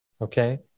Okay